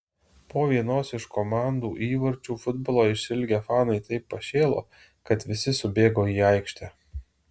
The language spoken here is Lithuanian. po vienos iš komandų įvarčių futbolo išsiilgę fanai taip pašėlo kad visi subėgo į aikštę